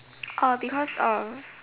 orh because um